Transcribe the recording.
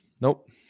Nope